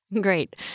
Great